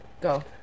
Go